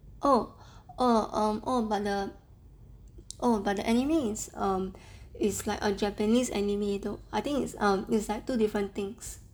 oh err um oh but the oh but the anime is um is like a japanese anime though I think it's um it's two different things